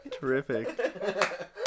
Terrific